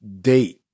date